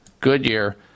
Goodyear